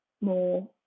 more